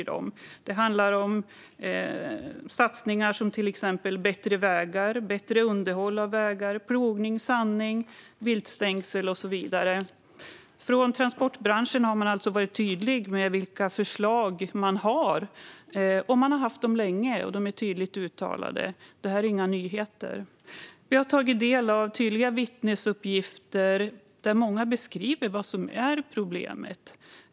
Det handlar om satsningar på till exempel bättre vägar, bättre underhåll av vägar, plogning, sandning, viltstängsel och så vidare. Transportbranschen har alltså tydliga förslag, och man har haft dem länge. Det är inga nyheter. Vi har tagit del av tydliga vittnesuppgifter där många beskriver vad som är problemet.